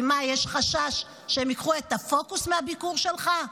כי מה, יש חשש שהם ייקחו את הפוקוס מהביקור שלך?